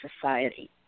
society